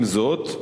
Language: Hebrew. עם זאת,